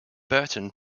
burton